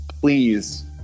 please